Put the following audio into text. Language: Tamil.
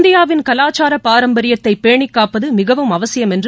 இந்தியாவின் கலாச்சார பாரம்பரியத்தை பேணி பாதுகாப்பது மிகவும் அவசியம் என்று